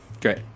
Great